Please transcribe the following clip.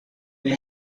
they